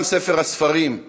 גם בספר הספרים,